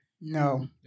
No